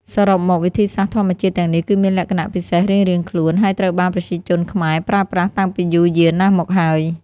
សរុបមក វិធីសាស្ត្រធម្មជាតិទាំងនេះគឺមានលក្ខណៈពិសេសរៀងៗខ្លួន ហើយត្រូវបានប្រជាជនខ្មែរប្រើប្រាស់តាំងពីយូរយារណាស់មកហើយ។